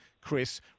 chris